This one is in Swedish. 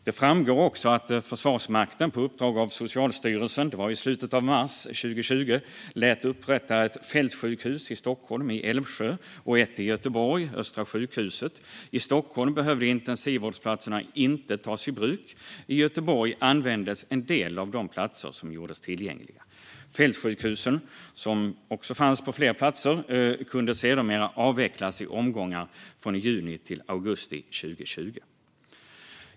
Det framgår också att Försvarsmakten, på uppdrag av Socialstyrelsen, i slutet av mars 2020 lät upprätta ett fältsjukhus i Stockholm, i Älvsjö, och ett i Göteborg, vid Östra sjukhuset. I Stockholm behövde intensivvårdsplatserna inte tas i bruk. I Göteborg användes en del av de platser som gjordes tillgängliga. Fältsjukhusen, som också fanns på fler platser, kunde sedermera avvecklas i omgångar från juni till augusti 2020.